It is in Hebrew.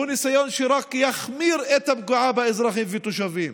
הוא ניסיון שרק יחמיר את הפגיעה באזרחים ובתושבים,